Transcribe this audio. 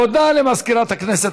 תודה למזכירת הכנסת.